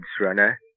runner